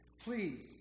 Please